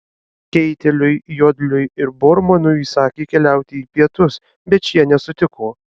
keiteliui jodliui ir bormanui įsakė keliauti į pietus bet šie nesutiko